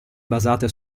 basate